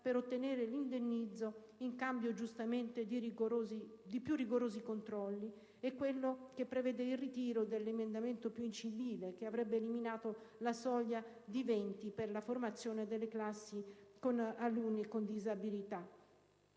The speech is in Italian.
per ottenere l'indennizzo, in cambio giustamente di più rigorosi controlli, e quello che prevede il ritiro dell'emendamento più incivile, che avrebbe eliminato la soglia di 20 per la formazione delle classi con alunni con disabilità.